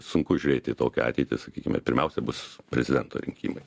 sunku žiūrėti į tokią ateitį sakykime pirmiausia bus prezidento rinkimai